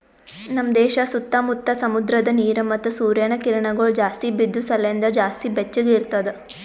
ನಮ್ ದೇಶ ಸುತ್ತಾ ಮುತ್ತಾ ಸಮುದ್ರದ ನೀರ ಮತ್ತ ಸೂರ್ಯನ ಕಿರಣಗೊಳ್ ಜಾಸ್ತಿ ಬಿದ್ದು ಸಲೆಂದ್ ಜಾಸ್ತಿ ಬೆಚ್ಚಗ ಇರ್ತದ